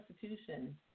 Constitution –